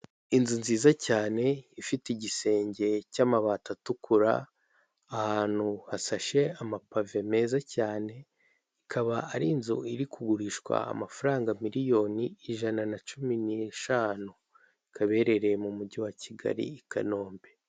Inzu nziza cyane, ifite igisenge cy'amabati atukura, ahantu hasashe amapave meza cyane. Ikaba ari inzu iri kugurishwa amafaranga miliyoni ijana na cumi n'eshanu. Ikaba iherereye mu mujyi wa Kigali i Kanombe.